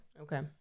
Okay